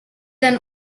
then